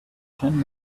ten